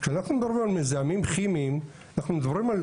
כשאנחנו מדברים על מזהמים כימיים אנחנו מדברים על,